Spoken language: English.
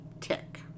tick